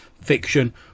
fiction